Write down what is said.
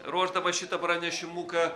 ruošdamas šitą pranešimuką